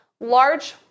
large